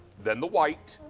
then the white.